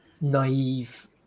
naive